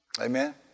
Amen